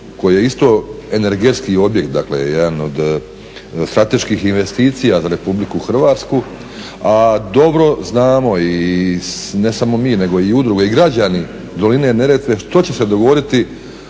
koji je isto energetski objekt, dakle jedan od strateških investicija za Republiku Hrvatsku. A dobro znamo, ne samo i mi nego i udruge i građani doline Neretve što će se dogoditi